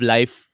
Life